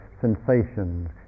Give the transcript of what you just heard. sensations